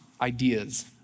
ideas